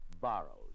borrows